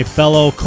fellow